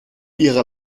ihrer